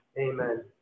Amen